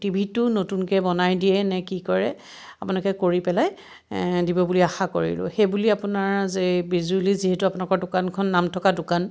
টিভিটো নতুনকৈ বনাই দিয়ে নে কি কৰে আপোনালোকে কৰি পেলাই দিব বুলি আশা কৰিলোঁ সেই বুলি আপোনাৰ যে বিজুলী যিহেতু আপোনালোকৰ দোকানখন নাম থকা দোকান